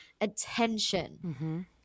attention